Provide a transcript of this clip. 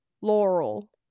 Laurel